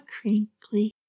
crinkly